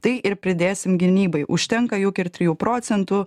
tai ir pridėsim gynybai užtenka juk ir trijų procentų